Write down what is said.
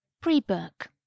Pre-book